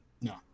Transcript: No